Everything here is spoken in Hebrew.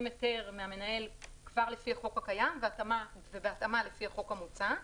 היתר מהמנהל כבר לפי החוק הקיים ובהתאמה לפי החוק המוצע.